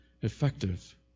effective